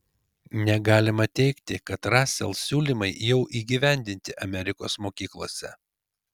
negalima teigti kad rasel siūlymai jau įgyvendinti amerikos mokyklose